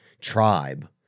tribe